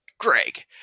Greg